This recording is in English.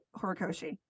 Horikoshi